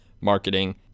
marketing